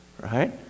Right